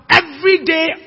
everyday